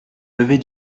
lever